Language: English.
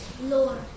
Lord